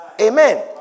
Amen